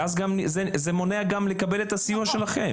ואז גם זה מונע לקבל את הסיוע שלכם.